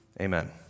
Amen